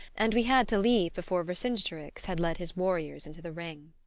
and we had to leave before vercingetorix had led his warriors into the ring.